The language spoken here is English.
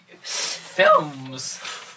films